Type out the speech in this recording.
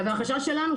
החשש שלנו,